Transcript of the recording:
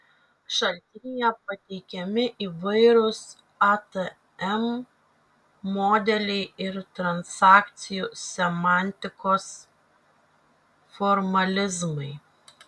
šaltinyje pateikiami įvairūs atm modeliai ir transakcijų semantikos formalizmai